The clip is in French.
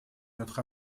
notre